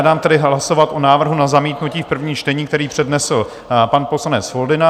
Dám tedy hlasovat o návrhu na zamítnutí v prvním čtení, který přednesl pan poslanec Foldyna.